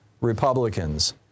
Republicans